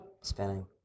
Spinning